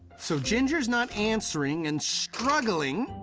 so, ginger's not answering, and struggling